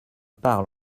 parle